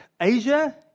Asia